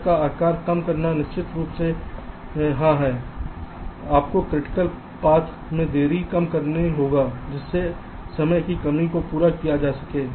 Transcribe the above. cut का आकार कम करना निश्चित रूप से हाँ है आपको क्रिटिकल पाथ में देरी को कम करना होगा जिससे समय की कमी को पूरा किया जा सके